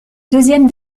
deuxième